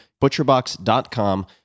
butcherbox.com